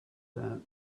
that